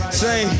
say